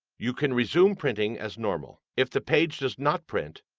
you can resume printing as normal. if the page does not print,